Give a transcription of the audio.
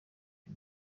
aya